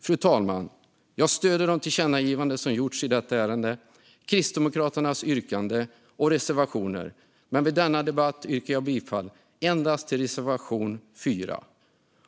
Fru talman! Jag stöder de tillkännagivanden som gjorts i detta ärende liksom Kristdemokraternas yrkande och reservationer, men vid denna debatt yrkar jag bifall endast till reservation 4.